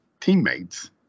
teammates